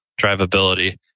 drivability